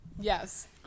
Yes